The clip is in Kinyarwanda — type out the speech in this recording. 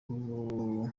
uyu